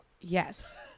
Yes